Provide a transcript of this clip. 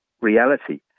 reality